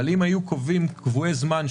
אבל אם היו קובעים קבועי זמן,